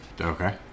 Okay